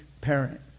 parent